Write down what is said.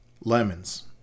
Lemons